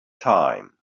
time